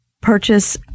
purchase